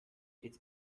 its